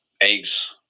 eggs